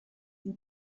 sie